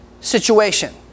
situation